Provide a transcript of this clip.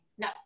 no